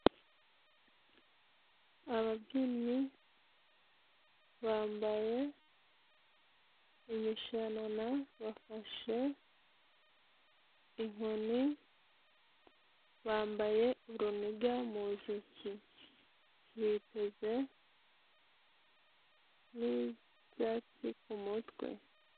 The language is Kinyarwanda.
Ababyinnyi bambaye imishanana. Bafashe inkoni bambaye uruniga mu ijosi, biteze n'ibyatsi k'umutwe.